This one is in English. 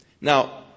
Now